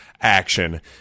action